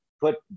put